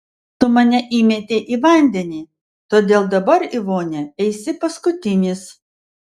tu mane įmetei į vandenį todėl dabar į vonią eisi paskutinis